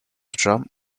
drum